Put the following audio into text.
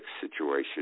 situation